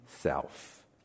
self